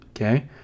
okay